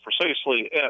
precisely